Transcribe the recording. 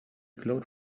glowed